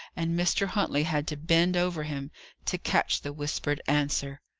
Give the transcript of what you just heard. and mr. huntley had to bend over him to catch the whispered answer.